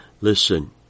Listen